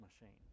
machine